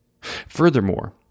Furthermore